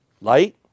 light